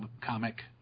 comic